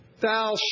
thou